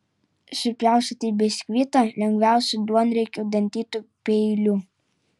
supjaustyti biskvitą lengviausia duonriekiu dantytu peiliu